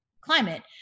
climate